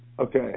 Okay